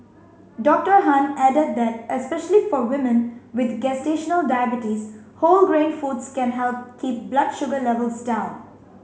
Doctor Han added that especially for women with gestational diabetes whole grain foods can help keep blood sugar levels down